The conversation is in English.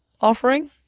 offering